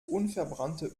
unverbrannte